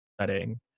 setting